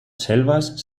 selvas